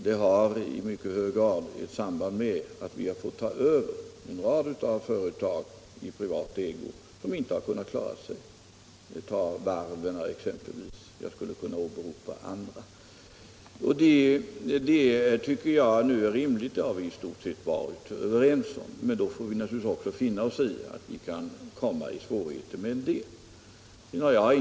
Detta har ju i mycket hög grad samband med att vi har fått ta över en rad privata företag som inte kunnat klara sig. Man kan bara se på varven. Jag skulle också kunna ta andra exempel. Jag tycker det är rimligt att göra på det sättet och att klara åtskilligt av sysselsättningen. Vi har ju också i stort sett varit överens om det. Och då får man naturligtvis också finna sig i att vi kan råka i svårigheter med en del företag.